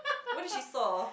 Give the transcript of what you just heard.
what did she saw